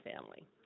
family